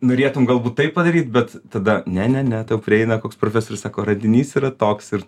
norėtum galbūt tai padaryt bet tada ne ne ne tai jau prieina koks profesorius sako radinys yra toks ir